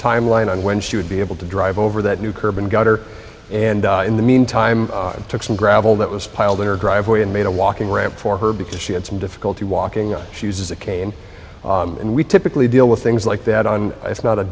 timeline on when she would be able to drive over that new curb and gutter and in the meantime took some gravel that was piled in her driveway and made a walking ramp for her because she had some difficulty walking she uses a cane and we typically deal with things like that i'm it's not a